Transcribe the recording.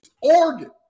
Oregon